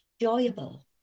enjoyable